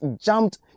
jumped